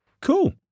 cool